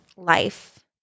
Life